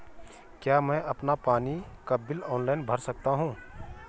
क्या मैं अपना पानी का बिल ऑनलाइन भर सकता हूँ?